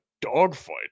dogfight